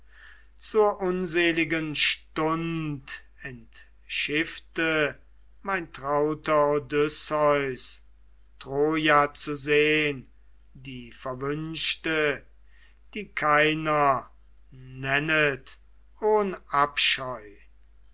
zur unseligen stund entschiffte mein trauter odysseus troja zu sehn die verwünschte die keiner nennet ohn abscheu